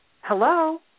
hello